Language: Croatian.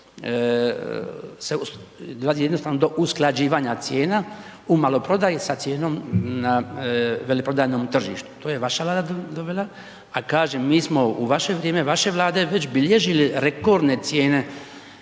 gotovo se radi jednostavno do usklađivanja cijena u maloprodaji sa cijenom veleprodajnom tržištu. To je vaša Vlada dovela, a kažem, mi smo u vaše vrijeme, vaše Vlade već bilježili rekordne cijene